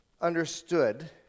understood